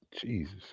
Jesus